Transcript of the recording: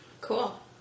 cool